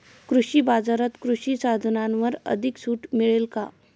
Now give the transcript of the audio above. कृषी बाजारात कृषी साधनांवर अधिक सूट मिळेल का?